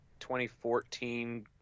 2014